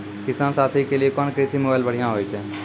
किसान साथी के लिए कोन कृषि मोबाइल बढ़िया होय छै?